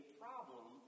problem